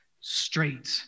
straight